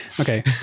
Okay